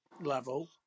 level